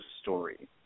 story